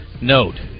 note